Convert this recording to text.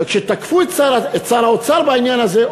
וכשתקפו את שר האוצר בעניין הזה,